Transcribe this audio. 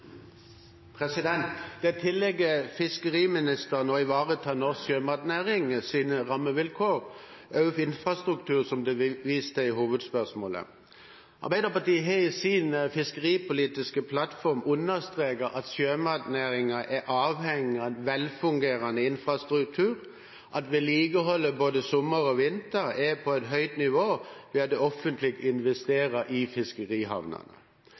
Det tilligger fiskeriministeren å ivareta norsk sjømatnærings rammevilkår og infrastruktur, som det ble vist til i hovedspørsmålet. Arbeiderpartiet har i sin fiskeripolitiske plattform understreket at sjømatnæringen er avhengig av en velfungerende infrastruktur, at vedlikeholdet både sommer og vinter er på et høyt nivå ved at det offentlige investerer i fiskerihavner. Vi går imot at fiskerihavnene